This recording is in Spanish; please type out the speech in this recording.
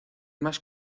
más